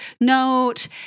note